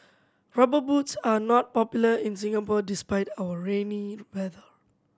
Rubber Boots are not popular in Singapore despite our rainy weather